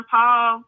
Paul